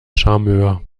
charmeur